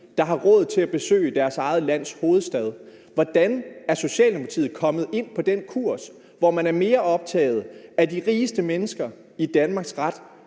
der har råd til at besøge deres eget lands hovedstad. Hvordan er Socialdemokratiet kommet ind på den kurs, hvor man er mere optaget af de rigeste menneskers ret